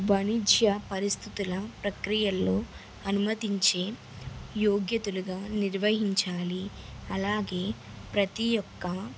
వాణిజ్య పరిస్థితుల ప్రక్రియల్లో అనుమతించి యోగ్యతలుగా నిర్వహించాలి అలాగే ప్రతీ యొక్క